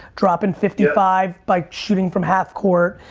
dropping fifty five by shooting from half court.